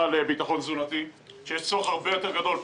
לביטחון תזונתי יש צורך הרבה יותר גדול,